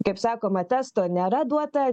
kaip sakoma testo nėra duota